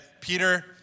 Peter